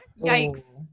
yikes